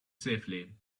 safely